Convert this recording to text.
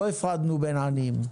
לא הפרדנו בין העניים.